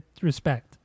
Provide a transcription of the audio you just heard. respect